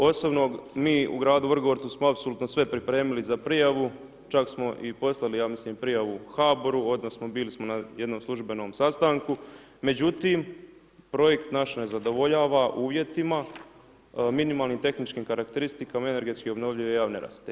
Osobno mi u gradu Vrgorcu smo apsolutno sve pripremili za prijavu čak smo i poslali ja mislim HABOR-u, odnosno bili smo na jednom službenom sastanku, međutim, projekt naš nezadovoljava uvjetima minimalnim tehničkim karakteristikama energetski obnovljive javne rasvjete.